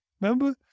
Remember